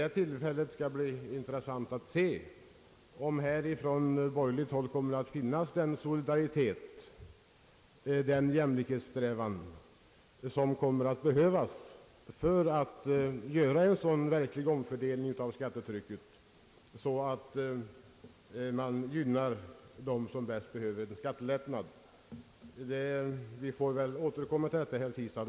Det skall bli intressant att se om man vid det tillfället på borgerligt håll kommer att ge uttryck för den jämlikhetssträvan och den solidaritet som är nödvändig för att det skall bli möjligt att göra en omfördelning av skattetrycket på ett sådant sätt att de gynnas som bäst behöver skattelättnader. Vi får väl återkomma till den frågan, herr Tistad.